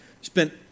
spent